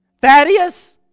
Thaddeus